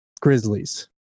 grizzlies